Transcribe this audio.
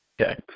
Okay